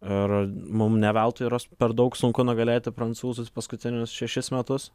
ir mum ne veltui yra per daug sunku nugalėti prancūzus paskutinius šešis metus